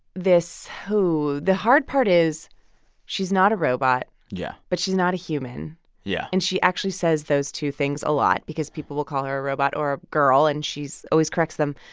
this the hard part is she's not a robot yeah but she's not a human yeah and she actually says those two things a lot because people will call her a robot or a girl, and she's always corrects them.